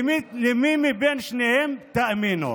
למי מבין שניהם תאמינו?